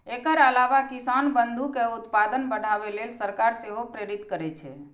एकर अलावा किसान बंधु कें उत्पादन बढ़ाबै लेल सरकार सेहो प्रेरित करै छै